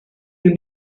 you